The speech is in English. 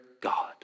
God